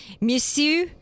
Monsieur